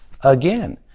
again